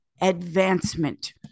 advancement